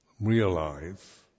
realize